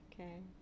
Okay